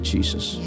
Jesus